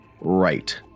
right